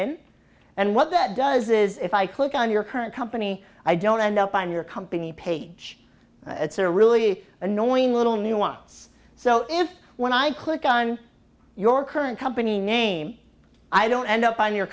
in and what that does is if i click on your current company i don't end up on your company page it's a really annoying little nuance so if when i click on your current company name i don't end up on your